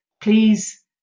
please